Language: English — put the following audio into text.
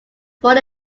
born